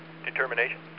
Determination